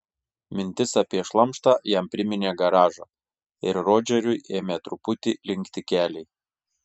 mintis apie šlamštą jam priminė garažą ir rodžeriui ėmė truputį linkti keliai